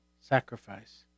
sacrifice